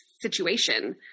situation